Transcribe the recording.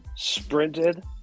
sprinted